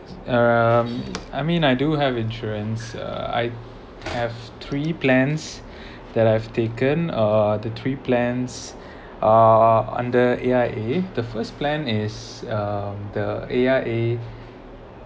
um I mean I do have insurance ah I have three plans that I've taken uh the three plans uh under A_I_A the first plan is uh the A_I_A